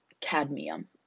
cadmium